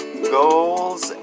goals